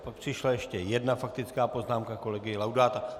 Pak přišla ještě jedna faktická poznámka kolegy Laudáta.